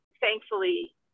thankfully